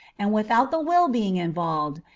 and without the will being involved,